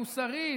מוסרית.